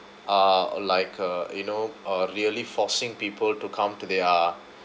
uh like uh you know uh really forcing people to come to their